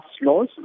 laws